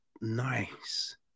nice